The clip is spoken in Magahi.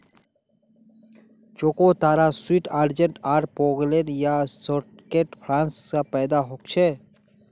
चकोतरा स्वीट ऑरेंज आर पोमेलो या शैडॉकेर क्रॉस स पैदा हलछेक